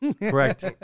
Correct